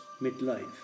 midlife